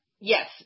yes